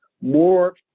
more